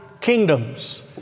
kingdoms